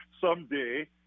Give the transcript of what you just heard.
someday